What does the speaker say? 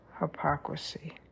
hypocrisy